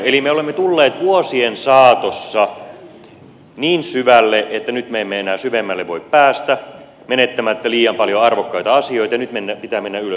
eli me olemme tulleet vuosien saatossa niin syvälle että nyt me emme enää syvemmälle voi päästä menettämättä liian paljon arvokkaita asioita ja nyt pitää mennä ylöspäin